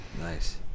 nice